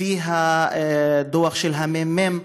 לפי הדוח של הממ"מ,